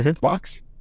box